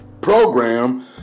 program